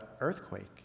earthquake